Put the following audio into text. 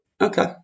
Okay